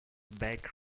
back